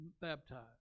baptized